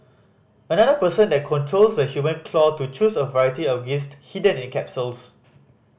another person then controls the human claw to choose a variety of gist hidden in capsules